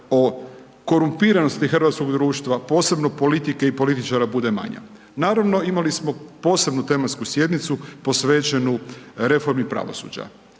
o korumpiranosti hrvatskog društva, posebno politike i političara bude manja. Naravno imali smo posebnu tematsku sjednicu posvećenu reformi pravosuđa.